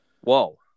Whoa